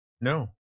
no